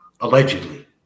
Allegedly